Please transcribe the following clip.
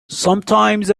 sometimes